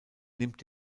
nimmt